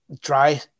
dry